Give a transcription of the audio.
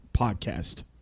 podcast